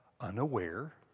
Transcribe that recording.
unaware